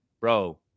Bro